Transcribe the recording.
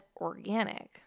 organic